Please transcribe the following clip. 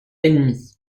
ennemie